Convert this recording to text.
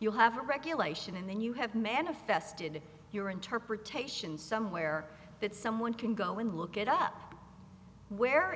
you have a regulation and then you have manifested your interpretation somewhere that someone can go and look it up where